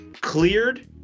cleared